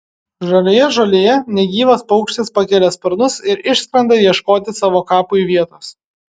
žalioje žolėje negyvas paukštis pakelia sparnus ir išskrenda ieškoti savo kapui vietos